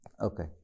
Okay